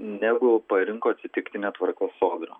negu parinko atsitiktine tvarka sodra